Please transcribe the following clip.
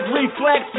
reflex